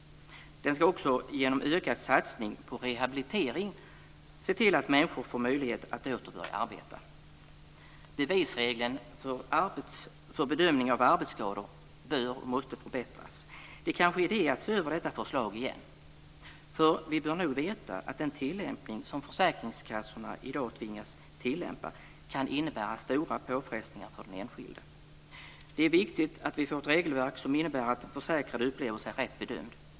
Den ska också genom ökad satsning på rehabilitering se till att människor får möjlighet att åter börja arbeta. Bevisregeln för bedömning av arbetsskador måste förbättras. Det är kanske idé att se över detta förslag igen. Vi bör nog veta att den tillämpning som försäkringskassorna i dag tvingas till kan innebära stora påfrestningar för den enskilde. Det är viktigt att vi får ett regelverk som innebär att den försäkrade upplever sig rätt bedömd.